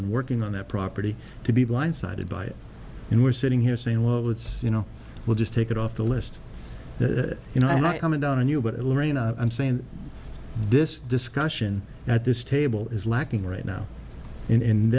been working on their property to be blindsided by it and we're sitting here saying well it's you know we'll just take it off the list that you know i'm not coming down on you but lorraine i'm saying this discussion at this table is lacking right now